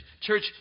Church